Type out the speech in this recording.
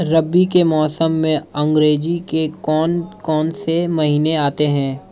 रबी के मौसम में अंग्रेज़ी के कौन कौनसे महीने आते हैं?